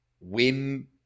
win